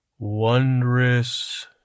Wondrous